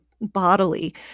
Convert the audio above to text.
bodily